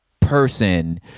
person